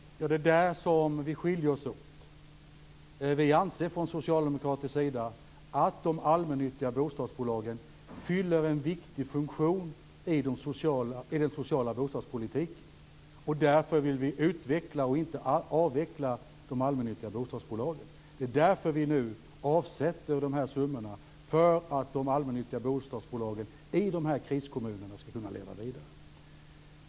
Herr talman! Det är där som vi skiljer oss åt. Vi från socialdemokratisk sida anser att de allmännyttiga bostadsbolagen fyller en viktig funktion i den sociala bostadspolitiken. Därför vill vi utveckla, inte avveckla, de allmännyttiga bostadsbolagen. Det är därför vi avsätter dessa summor, så att de allmännyttiga bostadsbolagen i kriskommunerna skall kunna leva vidare.